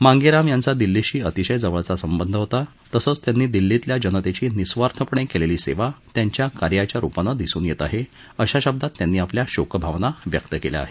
मांगे राम यांचा दिल्लीशी अतिशय जवळचा संबध होता तसंच त्यांनी दिल्लीतल्या जनतेची निःस्वार्थपणे केलेली सेवा त्यांच्या कार्याच्या रुपाने दिसून येत आहे अशा शब्दात त्यांनी आपल्या शोक भावना व्यक्त केल्या आहेत